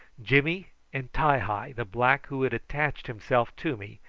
jimmy and ti-hi, the black who had attached himself to me,